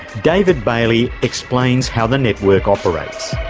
david bailey explains how the network operates